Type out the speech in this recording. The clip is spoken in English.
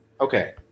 Okay